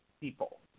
people